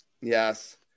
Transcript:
Yes